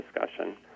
discussion